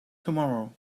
tomorrow